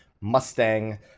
Mustang